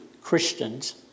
Christians